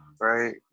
right